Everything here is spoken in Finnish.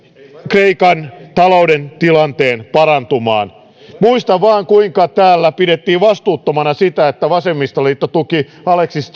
kreikan talouden tilanteen parantumaan muistan vaan kuinka täällä pidettiin vastuuttomana sitä että vasemmistoliitto tuki alexis